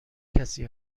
کسی